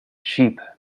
cheap